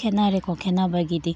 ꯈꯦꯠꯅꯔꯦꯀꯣ ꯈꯦꯠꯅꯕꯒꯤꯗꯤ